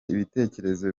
ibitekerezo